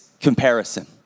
comparison